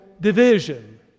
division